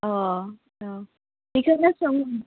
अ बिखौनो